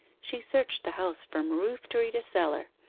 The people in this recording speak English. she searched the house from roof-tree to cellar,